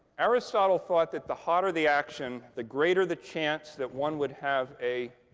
aristotle thought that the hotter the action, the greater the chance that one would have a